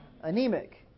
anemic